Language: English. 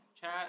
chat